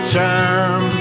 time